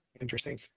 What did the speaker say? interesting